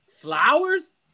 flowers